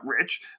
rich